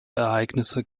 ereignisse